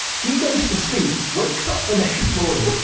he goes to sleep, wakes up the next morning,